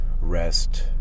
rest